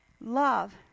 Love